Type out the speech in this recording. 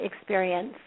experience